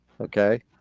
okay